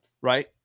Right